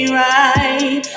right